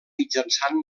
mitjançant